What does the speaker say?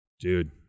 dude